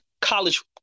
college